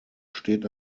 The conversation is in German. steht